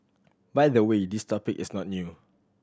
by the way this topic is not new